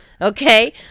Okay